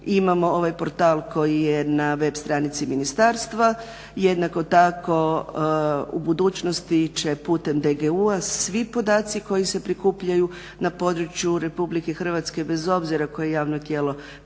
imamo ovaj portal koji je na web stranici ministarstva, jednako tako u budućnosti će putem DGU-a svi podaci koji se prikupljaju na području RH bez obzira koje javno tijelo prikuplja